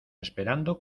esperando